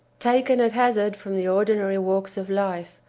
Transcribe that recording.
taken at hazard from the ordinary walks of life,